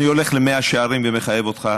אני הולך למאה שערים ומחייב אותך?